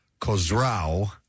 Kozrao